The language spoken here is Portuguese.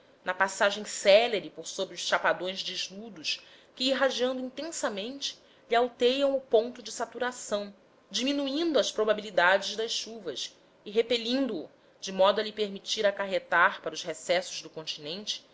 na passagem célere por sobre os chapadões desnudos que irradiando intensamente lhe alteiam o ponto de saturação diminuindo as probabilidades das chuvas e repelindo o de modo a lhe permitir acarretar para os recessos do continente